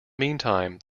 meantime